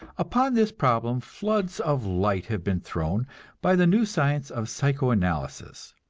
upon this problem floods of light have been thrown by the new science of psycho-analysis.